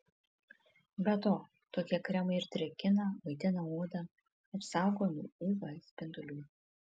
be to tokie kremai ir drėkina maitina odą apsaugo nuo uv spindulių